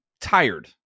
tired